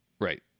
Right